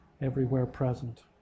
everywhere-present